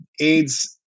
AIDS